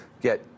get